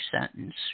sentence